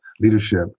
leadership